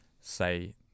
say